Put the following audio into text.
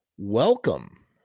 Welcome